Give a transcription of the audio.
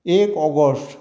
एक ऑगस्ट